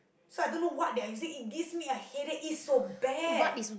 so I don't know what they are using it gives me a head it is so bad